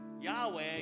Yahweh